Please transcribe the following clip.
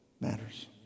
matters